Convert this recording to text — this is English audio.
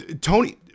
Tony